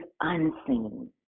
unseen